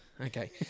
Okay